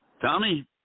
Tommy